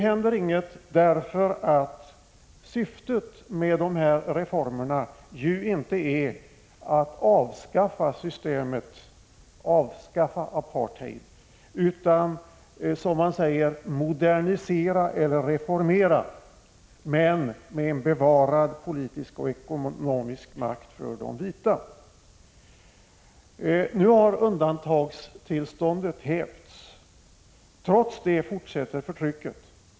Anledningen är att syftet med reformerna inte är att avskaffa apartheid, utan, som man säger, modernisera och reformera systemet, men med en bevarad politisk och ekonomisk makt för de vita. Nu har undantagstillståndet hävts. Trots detta fortsätter förtrycket.